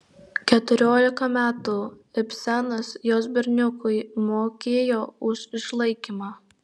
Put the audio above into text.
keturiolika metų ibsenas jos berniukui mokėjo už išlaikymą